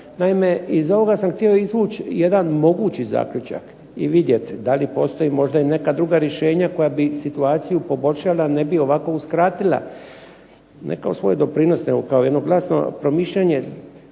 Naime, iz ovoga sam htio izvući i jedan mogući zaključak i vidjeti da li postoje možda i neka druga rješenja koja bi situaciju poboljšala, ne bi ovako uskratila ne kao svoj doprinos nego kao jedno glasno promišljanje